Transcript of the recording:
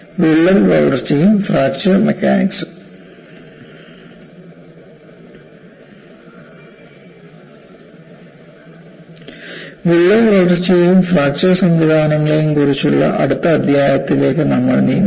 വിള്ളൽ വളർച്ചയും ഫ്രാക്ചർ മെക്കാനിക്സും വിള്ളൽ വളർച്ചയെയും ഫ്രാക്ചർ സംവിധാനങ്ങളെയും കുറിച്ചുള്ള അടുത്ത അധ്യായത്തിലേക്ക് നമ്മൾ നീങ്ങുന്നു